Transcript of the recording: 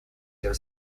their